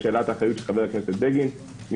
לשאלתו של חבר הכנסת בגין בעניין האחריות,